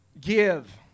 Give